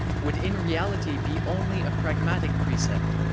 would in reality be only a pragmatic precept,